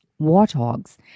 warthogs